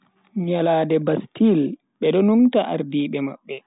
Nyalande bastille, bedo numta ardiibe mabbe.